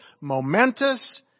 momentous